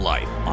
Life